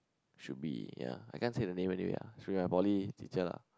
should be ya I can't say the name anyway ah should be my poly teacher lah